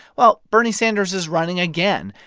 well, bernie sanders is running again.